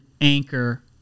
anchor